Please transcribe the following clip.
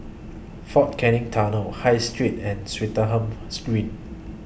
Fort Canning Tunnel High Street and Swettenham's Green